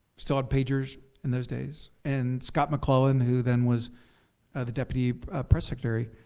still had pagers in those days, and scott mcclellan who then was the deputy press secretary,